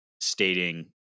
stating